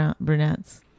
brunettes